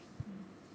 mm